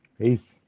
Peace